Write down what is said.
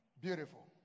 beautiful